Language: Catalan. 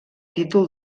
títol